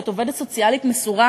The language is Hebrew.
כשאת עובדת סוציאלית מסורה,